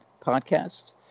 podcast